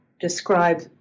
describe